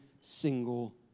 single